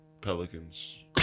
Pelicans